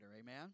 Amen